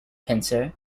pincer